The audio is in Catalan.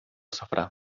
safrà